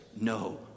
no